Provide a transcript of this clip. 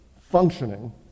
functioning